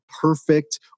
perfect